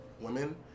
women